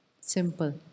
Simple